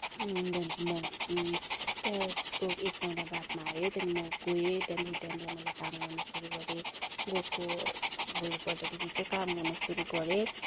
त्यहाँदेखि म त्यहाँ त्यसको एक महिना बादमा आयो त्यहाँदेखि म गएँ त्यहाँदेखि त्यहाँनिर म काम गर्न सुरु गरेँ गएको भोलिपल्टदेखि चाहिँ काम गर्न सुरु गरेँ